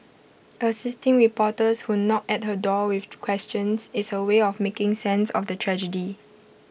assisting reporters who knock at her door with questions is her way of making sense of the tragedy